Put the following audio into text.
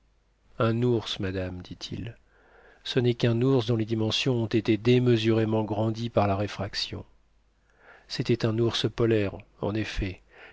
un ours madame dit-il ce n'est qu'un ours dont les dimensions ont été démesurément grandies par la réfraction c'était un ours polaire en effet